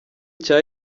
cya